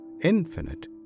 infinite